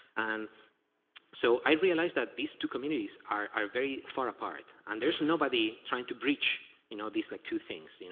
and so i realized these two communities are very far apart and there's nobody trying to bridge you know these like two things, you know